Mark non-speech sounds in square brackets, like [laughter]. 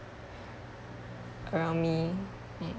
around me [noise]